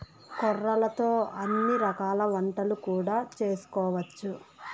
కొర్రలతో అన్ని రకాల వంటలు కూడా చేసుకోవచ్చు